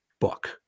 book